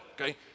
okay